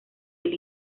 del